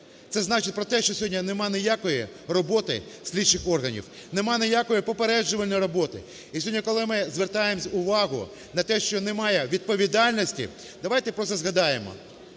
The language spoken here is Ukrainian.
Це значить про те, що сьогодні нема ніякої роботи слідчих органів, нема ніякої попереджувальної роботи. І сьогодні, коли ми звертаємо увагу на те, що немає відповідальності, давайте просто згадаємо